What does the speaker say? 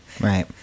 Right